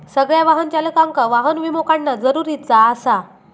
सगळ्या वाहन चालकांका वाहन विमो काढणा जरुरीचा आसा